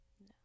No